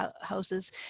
houses